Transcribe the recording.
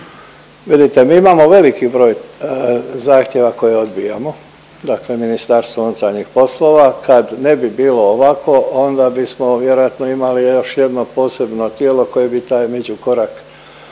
Vidite mi imamo veliki broj zahtjeva koje odbijamo, dakle MUP, kad ne bi bilo ovako onda bismo vjerojatno imali još jedno posebno tijelo koje bi taj međukorak